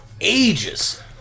ages